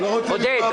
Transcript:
--- עודד.